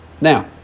Now